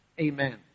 Amen